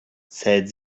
said